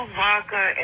vodka